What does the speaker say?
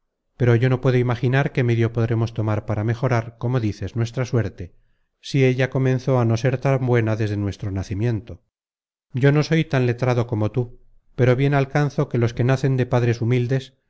pero yo no puedo imaginar qué medio podremos tomar para mejorar como dices nuestra suerte si ella comenzó á no ser buena desde nuestro nacimiento yo no soy tan letrado como tú pero bien alcanzo que los que nacen de padres humildes si